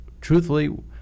truthfully